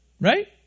Right